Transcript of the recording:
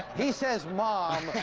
he says, mom.